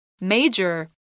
Major